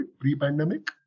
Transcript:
pre-pandemic